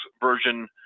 version